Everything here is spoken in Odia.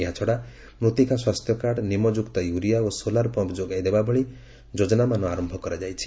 ଏହାଛଡ଼ା ମୃତ୍ତିକା ସ୍ୱାସ୍ଥ୍ୟକାର୍ଡ ନିମଯୁକ୍ତ ୟୁରିଆ ଓ ସୋଲାର ପମ୍ପ ଯୋଗାଇ ଦେବାଭଳି ଯୋଜନାମାନ ଆରମ୍ଭ କରାଯାଇଛି